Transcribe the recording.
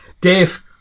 Dave